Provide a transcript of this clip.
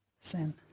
sin